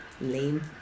lame